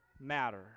matter